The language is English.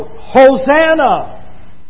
Hosanna